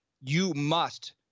you-must